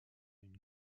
une